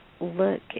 look